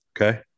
Okay